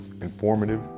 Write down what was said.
informative